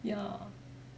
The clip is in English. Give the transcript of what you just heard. ya